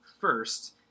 first